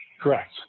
Correct